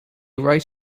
right